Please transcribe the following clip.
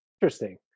Interesting